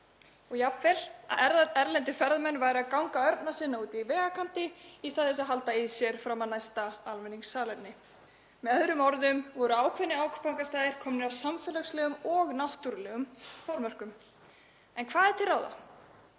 og jafnvel að erlendir ferðamenn væru að ganga örna sinna úti í vegarkanti í stað þess að halda í sér fram að næsta almenningssalerni. Með öðrum orðum, ákveðnir áfangastaðir voru komnir að samfélagslegum og náttúrulegum þolmörkum. En hvað er til ráða?